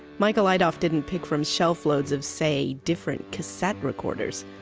michael idov didn't pick from shelf loads of say, different cassette recorders.